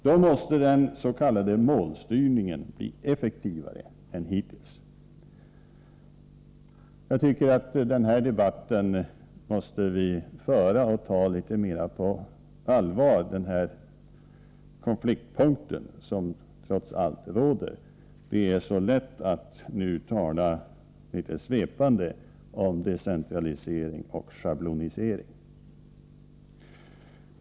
Då måste den s.k. målstyrningen bli effektivare än hittills. Debatten om de här frågorna tycker jag att vi måste föra, och vi måste ta den konfliktpunkt som trots allt finns litet mera på allvar. Det är så lätt att tala svepande om decentralisering och schablonisering.